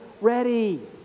ready